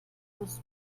plus